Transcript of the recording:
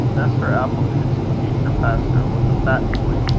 master appleditch, the future pastor, was a fat boy,